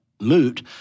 moot